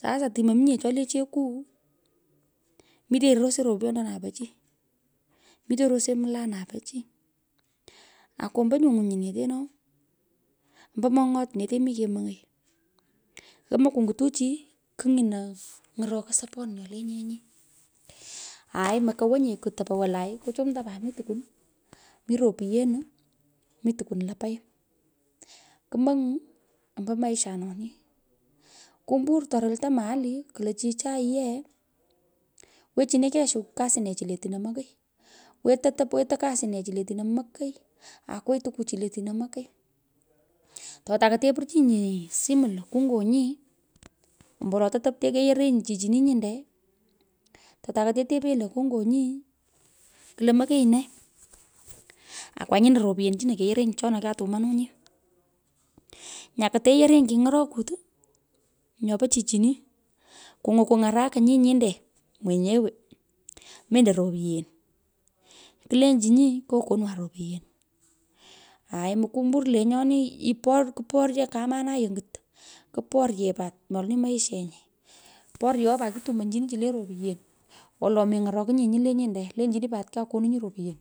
Sasa timominye cho le chekuu. mutenyi rosai ropyendonai po chi mitenyi rosei mlanai po chi. Aku ombo nyu nywinyinete nou. ombo mony’ot nete mike mong’oy. yomoi kungutu chi kigh nyino ny’oroko sopon nyo le nyenyi. aa moko wa nye kutopo walai kuchumta pat mi tukwan. mi ropyenu. mi tokwun lapayi kumony ombo miasha noni. kumbua ato rekte mahali kulo chichai yee wechinikei shug kasinechi le atino mokoi. wetei kasinechi le atino mokoi aa kwigh le otino mokoi. Totuketo pirchinyi simu lo. kungonyi ambowolo to top to keyerenyi chichini nyinde tutukete tepenyi lo kungonyi. kulo mokenyn nee. akwanyino ropyen chino keyerenyi chona kiatumanunyi. Nyo keteyerenyi kiny’orokut nyo po chichini kungwan kung’urukinyi nyinde mwenyewe mendo ropyen. kulechinyi kyokonwan ropyen. aai kumbur lenyoni. kuporyo kamanai onyot. kuporyeti pat nyo le maishneyi poryo pat kitumonchini chu ropyen wolo meny’orokoi nye nyile nyinde. lechini pat kyakoninyi ropyen.